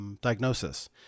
diagnosis